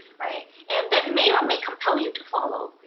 and that may or may compel you to follow.